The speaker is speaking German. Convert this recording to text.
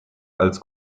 als